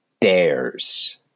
dares